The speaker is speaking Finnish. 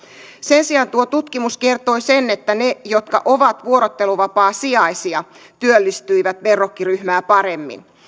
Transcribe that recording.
sen sijaan tuo tutkimus kertoi sen että ne jotka ovat vuorotteluvapaasijaisia työllistyivät verrokkiryhmää paremmin